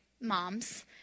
moms